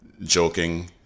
joking